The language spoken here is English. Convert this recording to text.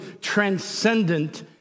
transcendent